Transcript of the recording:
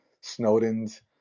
Snowden's